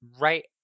right